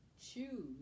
choose